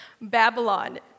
Babylon